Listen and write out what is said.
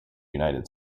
united